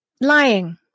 lying